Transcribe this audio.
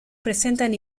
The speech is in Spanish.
presentan